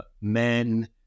men